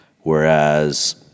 whereas